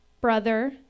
brother